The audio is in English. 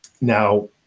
Now